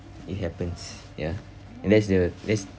it happens ya and that's the that's